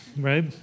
right